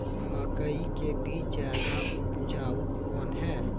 मकई के बीज ज्यादा उपजाऊ कौन है?